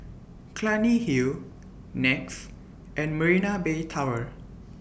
Clunny Hill Nex and Marina Bay Tower